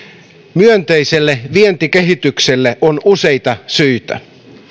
myönteiselle vientikehitykselle on useita syitä